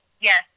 Yes